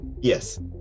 yes